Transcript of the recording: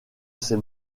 ses